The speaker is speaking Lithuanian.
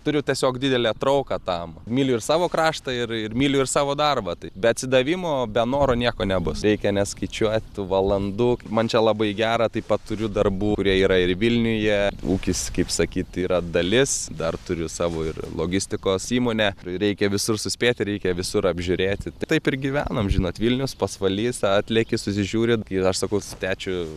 turiu tiesiog didelę trauką tam myliu ir savo kraštą ir ir myliu ir savo darbą tai be atsidavimo be noro nieko nebus reikia neskaičiuot tų valandų man čia labai gera taip pat turiu darbų kurie yra ir vilniuje ūkis kaip sakyti yra dalis dar turiu savo ir logistikos įmonę reikia visur suspėti reikia visur apžiūrėti taip ir gyvename žinot vilnius pasvalys atleki susižiūri ir aš sakau su tečiu